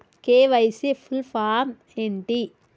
KYC full form ఏంటి?